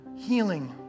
healing